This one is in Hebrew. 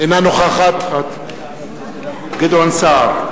אינה נוכחת גדעון סער,